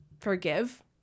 forgive